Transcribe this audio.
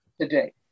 today